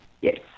yes